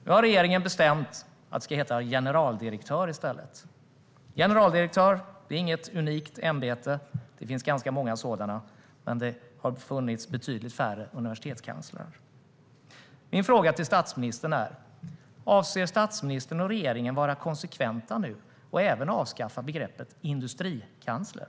Nu har regeringen bestämt att det ska heta generaldirektör i stället. Det är inget unikt ämbete; det finns ganska många sådana. Men det har funnits betydligt färre universitetskanslerer. Min fråga till statsministern är: Avser statsministern och regeringen att vara konsekventa nu och även avskaffa begreppet industrikansler?